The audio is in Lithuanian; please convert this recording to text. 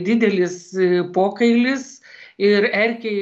didelis pokailis ir erkei